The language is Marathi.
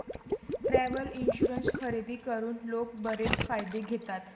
ट्रॅव्हल इन्शुरन्स खरेदी करून लोक बरेच फायदे घेतात